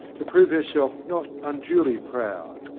to prove herself not un duly proud,